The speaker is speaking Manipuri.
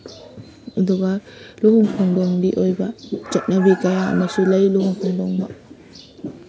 ꯑꯗꯨꯒ ꯂꯨꯍꯣꯡ ꯈꯣꯡꯗꯣꯡꯕꯒꯤ ꯑꯣꯏꯕ ꯆꯠꯅꯕꯤ ꯀꯌꯥ ꯑꯃꯁꯨ ꯂꯩ ꯂꯨꯍꯣꯡ ꯈꯣꯡꯗꯣꯡꯕ